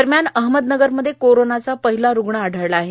दरम्यान अहमदनगरमध्ये कोरोनाचा पहिला रूग्ण आढळला आहे